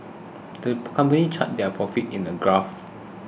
the company charted their profits in a graph